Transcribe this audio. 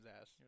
ass